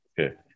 Okay